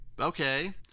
Okay